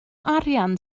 arian